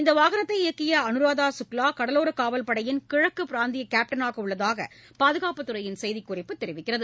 இந்த வாகனத்தை இயக்கிய அனுராதா சுக்லா கடலோரக்காவல்படையின் கிழக்கு பிராந்திய கேட்டனாக உள்ளதாக பாதுகாப்புத்துறையின் செய்திக்குறிப்பு கூறுகிறது